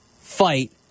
fight